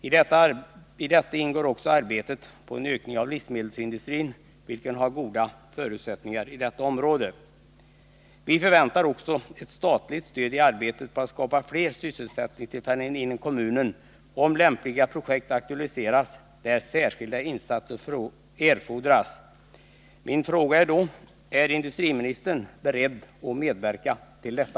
I detta ingår också arbetet på en ökning av livsmedelsindustrin, vilken har goda förutsättningar i detta område. Vi förväntar också ett statligt stöd i arbetet på att skapa fler sysselsättningstillfällen inom kommunen, om lämpliga projekt aktualiseras där särskilda insatser erfordras. Min fråga är då: Är industriministern beredd att medverka till detta?